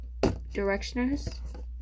Directioners